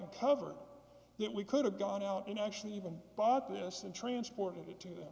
and cover that we could have gone out and actually even bought this and transported it to